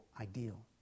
ideal